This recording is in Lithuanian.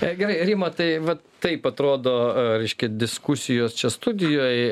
tai gerai rima tai vat taip atrodo aa reiškia diskusijos čia studijoj